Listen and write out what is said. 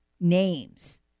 names